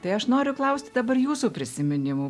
tai aš noriu klausti dabar jūsų prisiminimų